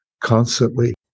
constantly